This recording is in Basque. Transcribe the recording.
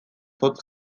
zotz